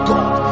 God